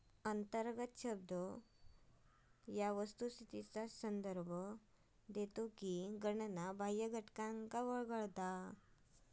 अंतर्गत हा शब्द या वस्तुस्थितीचा संदर्भ देतो की गणना बाह्य घटकांना वगळते